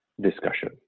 discussion